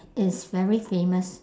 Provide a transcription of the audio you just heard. it's very famous